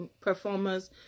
performers